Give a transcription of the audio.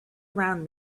around